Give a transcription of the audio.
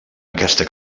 aquesta